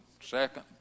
second